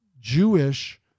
Jewish